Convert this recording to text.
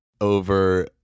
over